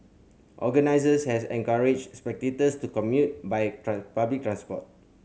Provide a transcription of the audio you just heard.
Organisers has encouraged spectators to commute by public transport